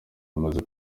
imaze